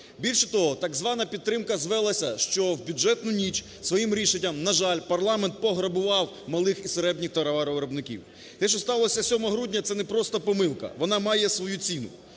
Більше того, так звана підтримка звелася, що в бюджетну ніч своїх рішенням, на жаль, парламент пограбував малих і середніх товаровиробників. Те, що сталося 7 грудня – це не просто помилка, вона має свою ціну.